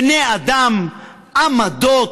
בני אדם, עמדות,